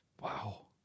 Wow